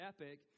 Epic